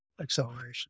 acceleration